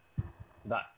but